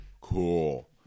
cool